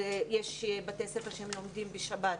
ויש בתי ספר שלומדים בשבת.